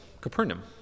Capernaum